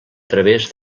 través